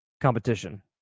competition